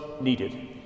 needed